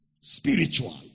spiritual